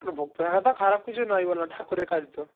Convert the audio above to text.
ভোগ থাকাটাও খারাপ কিছু নয় বল না ঠাকুরের কাজ তো